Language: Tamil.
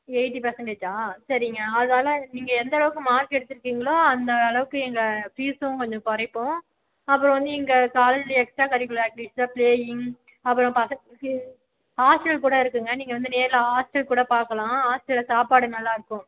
எயிட்டி பர்ஸன்டேஜ்ஜா சரிங்க அதால் நீங்கள் எந்தளவுக்கு மார்க் எடுத்திருக்கீங்களோ அந்தளவுக்கு எங்கள் ஃபீஸ்ஸும் கொஞ்சம் குறைப்போம் அப்புறம் வந்து எங்கள் காலேஜ்ஜில் எக்ஸ்ட்ரா கரிகுலர் ஆக்ட்டிவிட்டீஸ்சில் ப்ளேயிங் அப்புறம் பக்கத்து ஹாஸ்டல் கூட இருக்குங்க நீங்கள் வந்து நேரில் ஹாஸ்டல் கூட பார்க்கலாம் ஹாஸ்டலில் சாப்பாடு நல்லாயிருக்கும்